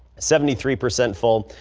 seventy three percent full.